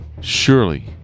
Surely